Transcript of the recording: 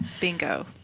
bingo